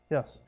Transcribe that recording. Yes